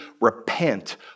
repent